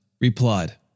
replied